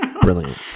Brilliant